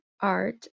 art